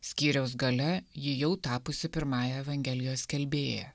skyriaus gale ji jau tapusi pirmąja evangelijos skelbėja